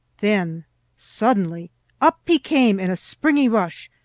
then suddenly up he came in a springy rush,